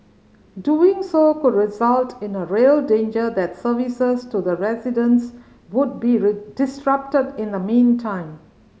doing so could result in a real danger that services to the residents would be disrupted in the meantime